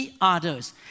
others